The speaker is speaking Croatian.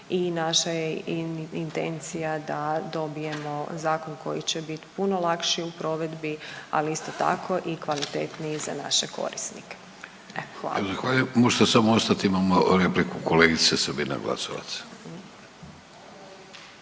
i naša je intencija da dobijemo zakon koji će biti puno lakši u provedbi, ali isto i kvalitetniji za naše korisnike. Evo, hvala. **Vidović, Davorko (Nezavisni)** Zahvaljujem. Možete samo ostati, imamo repliku kolegice Sabina Glasovac.